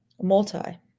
Multi